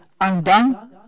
undone